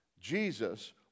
Jesus